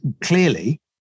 clearly